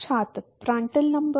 छात्र Prandtl number